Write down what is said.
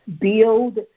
build